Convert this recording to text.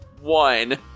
One